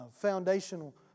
foundational